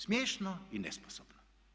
Smiješno i nesposobno.